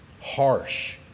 harsh